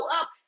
up